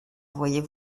voyez